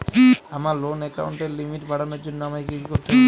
আমার লোন অ্যাকাউন্টের লিমিট বাড়ানোর জন্য আমায় কী কী করতে হবে?